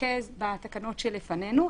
שנתרכז בתקנות שלפנינו.